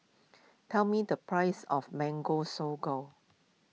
tell me the price of Mango Sago